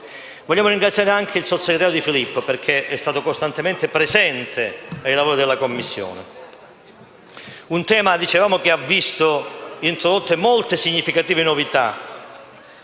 Vogliamo ringraziare anche il sottosegretario De Filippo, perché è stato costantemente presente ai lavori della Commissione. Si tratta di un tema, come dicevamo, che ha visto introdotte molte significative novità,